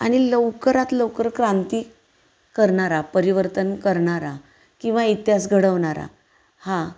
आणि लवकरात लवकर क्रांती करणारा परिवर्तन करणारा किंवा इतिहास घडवणारा हा